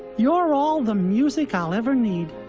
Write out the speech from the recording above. you're all the music i'll ever need.